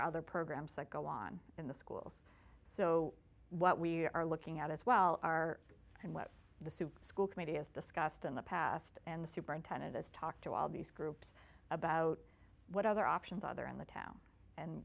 are other programs that go on in the schools so what we are looking at as well are and what the city school committee has discussed in the past and the superintendent has talked to all these groups about what other options are there in the town and